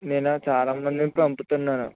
నేను చాలా మందిని పంపుతున్నాను